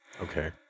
Okay